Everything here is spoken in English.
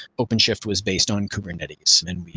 openshift was based on kubernetes and